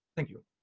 thank you.